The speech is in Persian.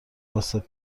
واسه